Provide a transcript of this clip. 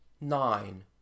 Nine